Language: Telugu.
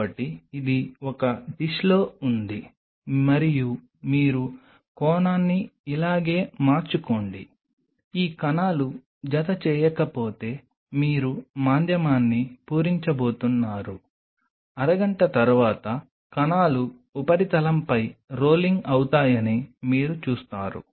కాబట్టి ఇది ఒక డిష్లో ఉంది మరియు మీరు కోణాన్ని ఇలాగే మార్చుకోండి ఈ కణాలు జతచేయకపోతే మీరు మాధ్యమాన్ని పూరించబోతున్నారు అరగంట తర్వాత కణాలు ఉపరితలంపై రోలింగ్ అవుతాయని మీరు చూస్తారు